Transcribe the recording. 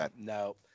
no